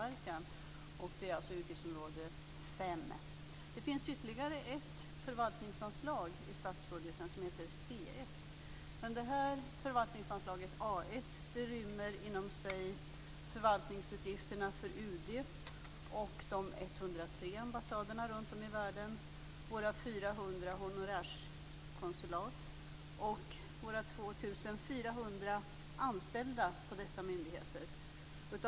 Det finns ytterligare ett förvaltningsanslag i statsbudgeten, och det heter C1. Förvaltningsanslaget A1 ambassaderna runt om i världen, våra 400 honorärkonsulat och våra 2 400 anställda på dessa myndigheter.